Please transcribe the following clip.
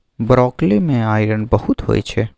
broccoli मे iron बहुत होइ छै